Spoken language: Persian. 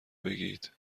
بگید